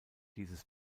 dieses